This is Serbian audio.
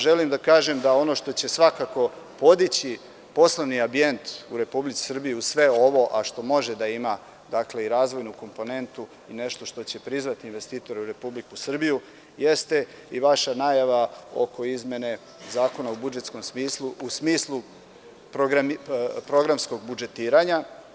Želim da kažemda ono što će svakako podići poslovni ambijent u Republici Srbiji uz sve ovo, a što može da ima i razvojnu komponentu i nešto što će prizvati investitore u Republiku Srbiju, jeste i vaša najava oko izmene zakona u budžetskom smislu, u smislu programskog budžetiranja.